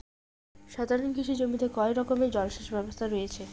সাধারণত কৃষি জমিতে কয় রকমের জল সেচ ব্যবস্থা রয়েছে?